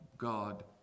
God